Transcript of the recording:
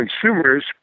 consumers